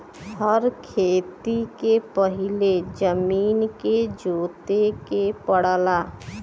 हर खेती के पहिले जमीन के जोते के पड़ला